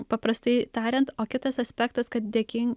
paprastai tariant o kitas aspektas kad dėkin